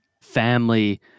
family